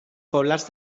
poblats